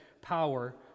power